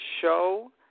show